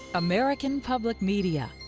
american public media